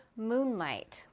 Moonlight